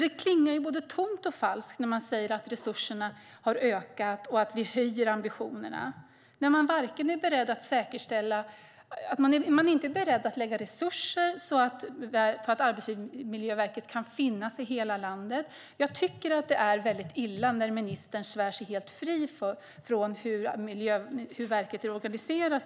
Det klingar både tomt och falskt när man säger att resurserna har ökat och att man höjer ambitionerna när man inte är beredd att satsa resurser på att Arbetsmiljöverket ska kunna finnas i hela landet. Jag tycker att det är väldigt illa att ministern svär sig helt fri från hur Arbetsmiljöverket är organiserat.